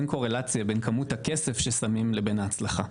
אין קורלציה בין כמות הכסף ששמים לבין ההצלחה.